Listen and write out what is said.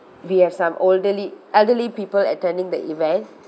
we have some olderly elderly people attending the event